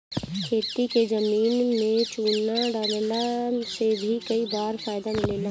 खेती के जमीन में चूना डालला से भी कई बार फायदा मिलेला